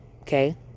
okay